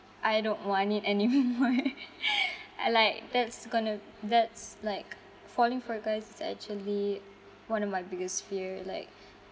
I don't want it anymore uh like that's going to that's like falling for guys is actually one of my biggest fear like